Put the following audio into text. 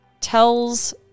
tells